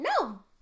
no